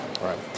Right